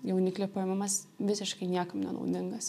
jauniklio paėmimas visiškai niekam nenaudingas